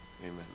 Amen